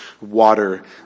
water